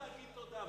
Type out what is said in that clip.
להגיד תודה,